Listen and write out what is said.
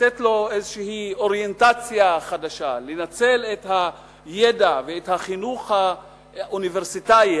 לתת לו איזו אוריינטרציה חדשה לנצל את הידע והחינוך האוניברסיטאי,